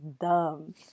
dumb